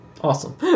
awesome